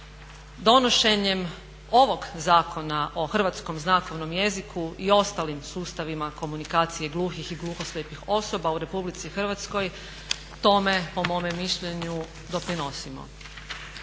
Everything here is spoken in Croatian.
Donošenjem ovog Zakona o hrvatskom znakovnom jeziku i ostalim sustavima komunikacije gluhih i gluhoslijepih osoba u RH tome po mome mišljenju doprinosimo.